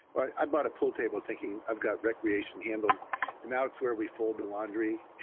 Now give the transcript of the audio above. i bought a pool table thinking i've got recreation handled and now it's where we fold the laundry